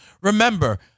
remember